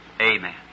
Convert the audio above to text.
Amen